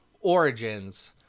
Origins